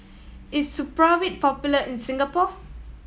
is Supravit popular in Singapore